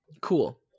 Cool